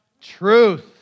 truth